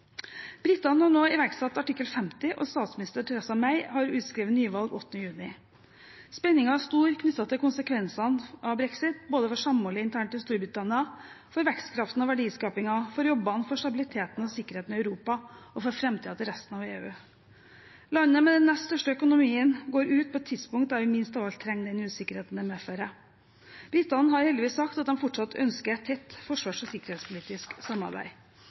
Britene har nå iverksatt artikkel 50, og statsminister Theresa May har utskrevet nyvalg 8. juni. Spenningen er stor knyttet til konsekvensene av brexit, både for samholdet internt i Storbritannia, for vekstkraften og verdiskapingen, for jobbene, for stabiliteten og sikkerheten i Europa og for framtiden til resten av EU. Landet med den nest største økonomien går ut på et tidspunkt da vi minst av alt trenger den usikkerheten det medfører. Britene har heldigvis sagt at de fortsatt ønsker et tett forsvars- og sikkerhetspolitisk samarbeid.